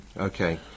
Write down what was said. Okay